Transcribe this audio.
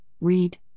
read